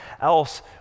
else